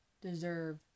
deserve